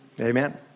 Amen